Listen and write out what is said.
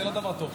זה לא דבר טוב.